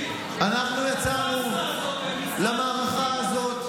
אנחנו יצאנו למערכה הזאת